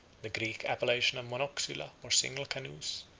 the greek appellation of monoxyla, or single canoes,